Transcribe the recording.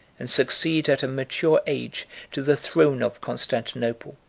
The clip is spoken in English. and succeed at a mature age to the throne of constantinople.